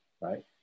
right